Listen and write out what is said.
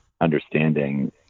understanding